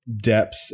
depth